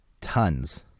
tons